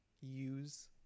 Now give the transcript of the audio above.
use